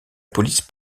police